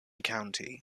county